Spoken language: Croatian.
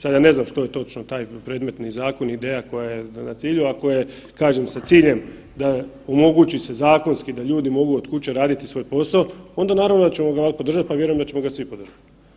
Sad ja ne znam što je točno taj predmetni zakon ideja koja je na cilju, a koja je kažem sa ciljem da omogući se zakonski da ljudi mogu od kuće raditi svoj posao onda naravno da ćemo ga podržat, vjerujem da ćemo ga svi podržati.